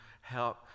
help